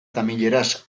tamileraz